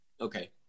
Okay